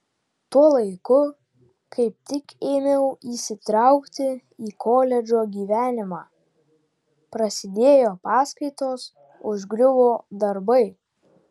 tuo laiku kaip tik ėmiau įsitraukti į koledžo gyvenimą prasidėjo paskaitos užgriuvo darbai